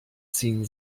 ziehen